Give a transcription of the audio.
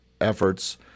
efforts